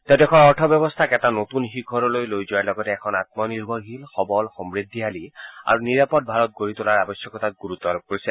তেওঁ দেশৰ অৰ্থব্যৱস্থাক এটা নতুন শিখৰলৈ লৈ যোৱাৰ লগতে এখন আম্মনিৰ্ভৰশীল সৱল সমূদ্ধিশালী আৰু নিৰাপদ ভাৰত গঢ়ি তোলাৰ আৱশ্যকতাত গুৰুত্ব আৰোপ কৰিছে